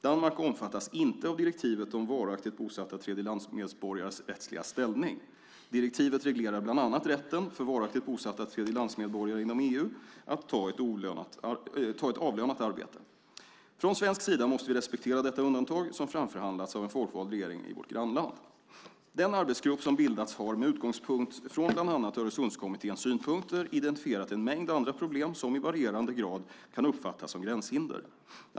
Danmark omfattas inte av direktivet om varaktigt bosatta tredjelandsmedborgares rättsliga ställning. Direktivet reglerar bland annat rätten för varaktigt bosatta tredjelandsmedborgare inom EU att ta ett avlönat arbete. Från svensk sida måste vi respektera detta undantag som framförhandlats av en folkvald regering i vårt grannland. Den arbetsgrupp som bildats har med utgångspunkt från bland annat Öresundskommitténs synpunkter identifierat en mängd andra problem som i varierande grad kan uppfattas som gränshinder.